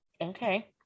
okay